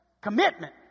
Commitment